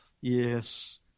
Yes